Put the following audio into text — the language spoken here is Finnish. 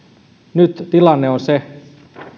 nyt tilanne on se